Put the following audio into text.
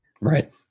Right